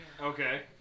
Okay